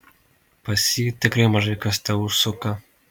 pas jį tikrai mažai kas teužsuka